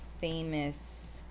famous